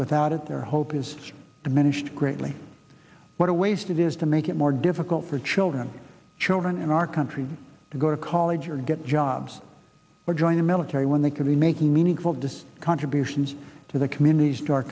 without it their hope is diminished greatly what a waste it is to make it more difficult for children children in our country to go to college or get jobs or join the military when they could be making meaningful does contributions to the communities